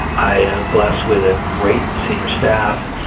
i am blessed with a great senior staff.